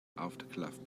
aftercluv